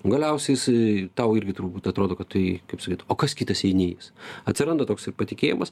galiausiai jisai tau irgi turbūt atrodo kad tai kaip sakyt o kas kitas jei ne jis atsiranda toksai patikėjimas